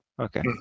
okay